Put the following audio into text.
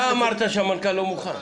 אתה אמרת שהמנכ"ל לא מוכן.